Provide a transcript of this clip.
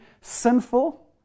sinful